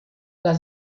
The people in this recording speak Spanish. las